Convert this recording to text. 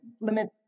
Limit